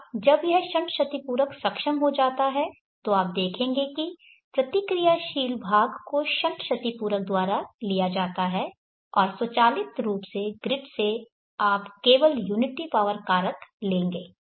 अब जब यह शंट क्षतिपूर्ति सक्षम हो जाता है तो आप देखेंगे कि प्रतिक्रियाशील भाग को शंट क्षतिपूरक द्वारा लिया जाता है और स्वचालित रूप से ग्रिड से आप केवल यूनिटी पावर कारक लेंगें